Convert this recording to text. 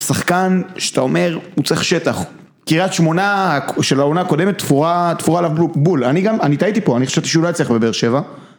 שחקן, שאתה אומר, הוא צריך שטח. קרית שמונה, של העונה הקודמת, תפורה עליו בול. אני גם, אני טעיתי פה, אני חשבתי שהוא לא היה צריך בבאר שבע.